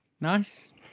Nice